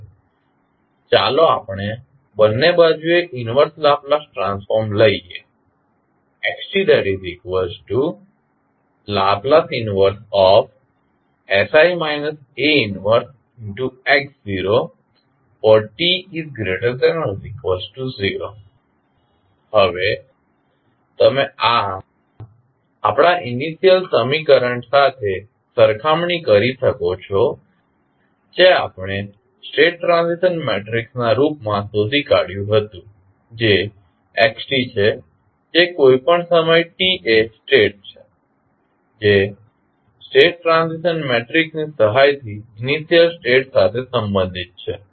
હવે ચાલો આપણે બંને બાજુએ ઇન્વર્સ લાપ્લાસ ટ્રાન્સફોર્મ લઈએ xtL 1sI A 1x0t≥0 હવે તમે આ આપણા ઇનિશિયલ સમીકરણ સાથે સરખામણી કરી શકો છો જે આપણે સ્ટેટ ટ્રાન્ઝિશન મેટ્રિક્સના રુપમા શોધી કાઢયું હતું જે xt છે જે કોઇપણ સમય t એ સ્ટેટ છે જે સ્ટેટ ટ્રાન્ઝિશન મેટ્રિક્સની સહાયથી ઇનિશિયલ સ્ટેટ સાથે સંબંધિત છે